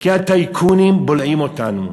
כי הטייקונים בולעים אותנו.